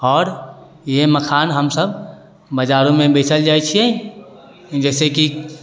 आओर इएह मखान हम सभ बजारोमे बेचे जाइ छियै जाहिसे कि